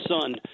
son